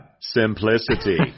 simplicity